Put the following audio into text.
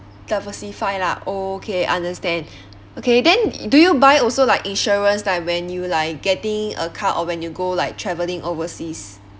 diversify lah oh okay understand okay then do you buy also like insurance like when you like getting a car or when you go like travelling overseas